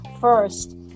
First